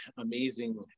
amazing